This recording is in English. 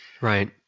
right